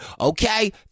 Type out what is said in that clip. okay